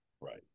right